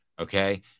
Okay